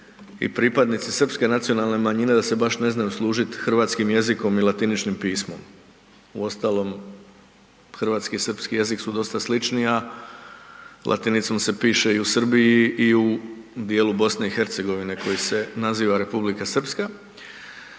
i pripadnici srpske nacionalne manjine da se baš ne znaju služit hrvatskim jezikom i latiničnim pismom. Uostalom, hrvatski i srpski jezik su dosta slični, a latinicom se piše i u Srbiji i u dijelu BiH koji se naziva Republika Srpska,